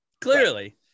clearly